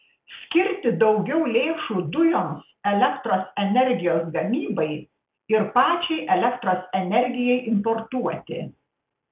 skirti daugiau lėšų dujoms elektros energijos gamybai ir pačiai elektros energijai importuoti